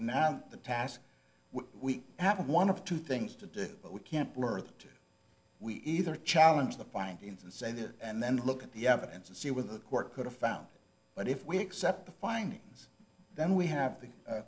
g the task we have one of two things to do but we can't birth two we either challenge the findings and say that and then look at the evidence and see with the court could have found but if we accept the findings then we have the